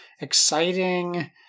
exciting